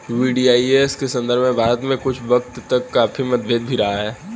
VDIS के संदर्भ में भारत में कुछ वक्त तक काफी मतभेद भी रहा है